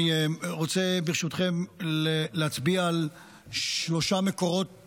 אני רוצה ברשותכם להצביע על שלושה מקורות